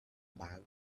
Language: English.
bag